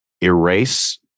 erase